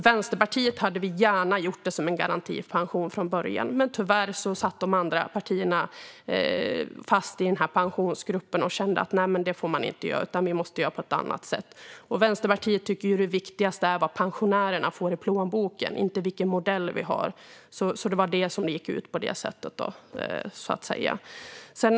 Vänsterpartiet hade gärna gjort det till en garantipension från början, men tyvärr satt de andra partierna fast i Pensionsgruppen och kände att så kan man inte göra. För Vänsterpartiet är det viktigaste vad pensionärerna får i plånboken, inte vilken modell som används. Det var därför det blev så här.